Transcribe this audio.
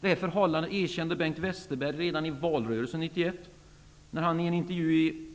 Det förhållandet erkände Bengt Westerberg redan i valrörelsen 1991 när han i en intervju i